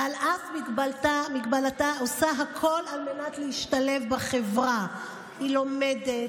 ועל אף מגבלתה היא עושה הכול על מנת להשתלב בחברה: היא לומדת,